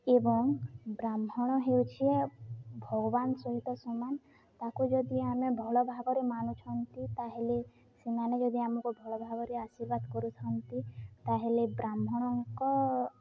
ଏବଂ ବ୍ରାହ୍ମଣ ହେଉଛି ଭଗବାନ ସହିତ ସମାନ ତାକୁ ଯଦି ଆମେ ଭଲ ଭାବରେ ମାନୁଛନ୍ତି ତା'ହେଲେ ସେମାନେ ଯଦି ଆମକୁ ଭଲ ଭାବରେ ଆଶୀର୍ବାଦ କରୁଛନ୍ତି ତା'ହେଲେ ବ୍ରାହ୍ମଣଙ୍କ